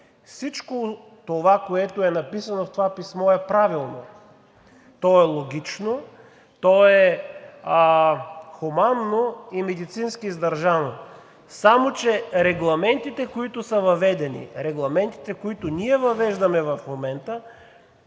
Всичко, което е написано в това писмо, е правилно. То е логично, то е хуманно и медицински издържано, само че регламентите, които са въведени, регламентите, които ние въвеждаме в момента,